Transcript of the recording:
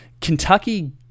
Kentucky